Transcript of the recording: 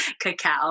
cacao